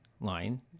line